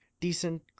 decent